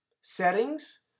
settings